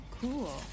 cool